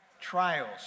Trials